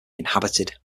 inhabited